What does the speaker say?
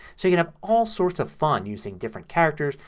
so you can have all sorts of fun using different characters,